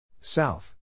South